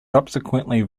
subsequently